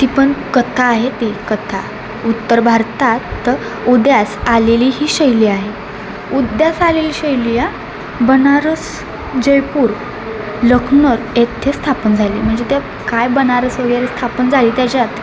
ती पण कथा आहे ती कथा उत्तर भारतात उदयास आलेली ही शैली आहे उदयास आलेली शैली हां बनारस जयपूर लखनऊ येथे स्थापन झाली म्हणजे त्या काय बनारस वगैरे स्थापन झाली त्याच्यात